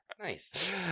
Nice